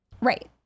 Right